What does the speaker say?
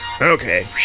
Okay